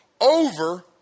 over